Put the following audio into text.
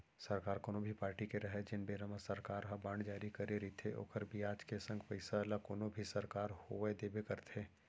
सरकार कोनो भी पारटी के रहय जेन बेरा म सरकार ह बांड जारी करे रइथे ओखर बियाज के संग पइसा ल कोनो भी सरकार होवय देबे करथे